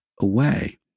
away